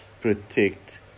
protect